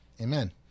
amen